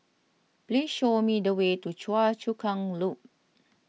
please show me the way to Choa Chu Kang Loop